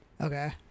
Okay